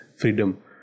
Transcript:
freedom